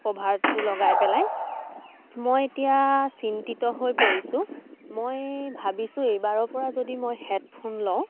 কভাৰটোতো লগাই পেলাই মই এতিয়া চিন্তিত হৈ পৰিছোঁ মই ভাবিছোঁ এইবাৰৰ পৰা যদি মই হেডফোন লওঁ